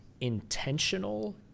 intentional